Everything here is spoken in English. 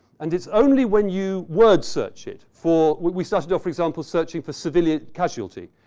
and it's only when you word search it for. we started off, for example, searching for civilian casualty.